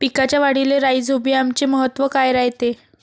पिकाच्या वाढीले राईझोबीआमचे महत्व काय रायते?